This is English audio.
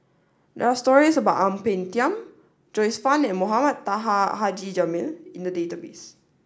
there are stories about Ang Peng Tiam Joyce Fan and Mohamed Taha Haji Jamil in the database